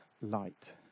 light